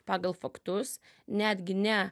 pagal faktus netgi ne